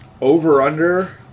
Over/under